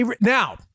Now